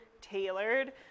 tailored